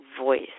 voice